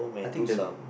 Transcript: I think the